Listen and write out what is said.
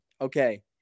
Okay